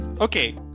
Okay